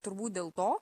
turbūt dėl to